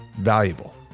valuable